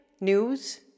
News